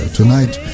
tonight